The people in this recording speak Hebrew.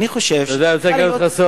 אתה יודע, אני רוצה לגלות לך סוד.